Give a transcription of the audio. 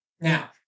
Now